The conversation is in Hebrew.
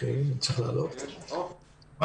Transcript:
מבקש להעלות עכשיו את מנכ"ל משרד החקלאות נחום איצקוביץ.